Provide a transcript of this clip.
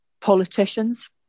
politicians